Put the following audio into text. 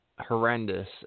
horrendous